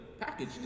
package